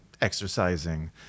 exercising